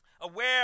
Aware